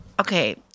Okay